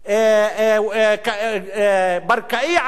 ברקאי, על ואדי-עארה,